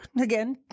again